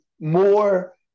more